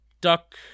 duck